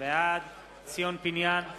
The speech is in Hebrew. בעד ציון פיניאן,